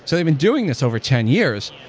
so they've been doing this over ten years,